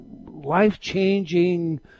life-changing